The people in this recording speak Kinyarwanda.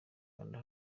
kanda